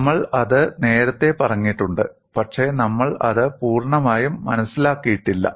നമ്മൾ അത് നേരത്തെ പറഞ്ഞിട്ടുണ്ട് പക്ഷേ നമ്മൾ അത് പൂർണ്ണമായും മനസ്സിലാക്കിയിട്ടില്ല